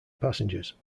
passengers